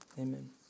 Amen